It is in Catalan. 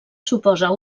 suposa